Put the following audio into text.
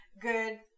good